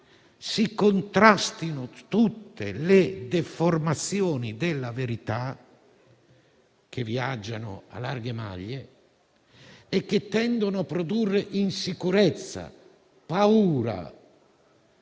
si contrastino tutte le deformazioni della verità, che viaggiano a larghe maglie, e che tendono a produrre insicurezza e paura.